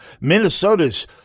Minnesota's